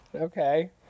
Okay